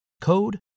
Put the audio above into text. code